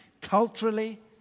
culturally